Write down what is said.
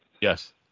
Yes